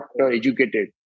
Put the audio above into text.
educated